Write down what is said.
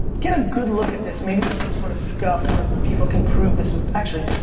get a good look at this, maybe there's some sort of scuff that people can prove this was, actually,